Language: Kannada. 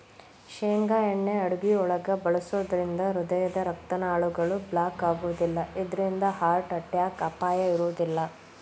ಶೇಂಗಾ ಎಣ್ಣೆ ಅಡುಗಿಯೊಳಗ ಬಳಸೋದ್ರಿಂದ ಹೃದಯದ ರಕ್ತನಾಳಗಳು ಬ್ಲಾಕ್ ಆಗೋದಿಲ್ಲ ಇದ್ರಿಂದ ಹಾರ್ಟ್ ಅಟ್ಯಾಕ್ ಅಪಾಯ ಇರೋದಿಲ್ಲ